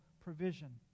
provision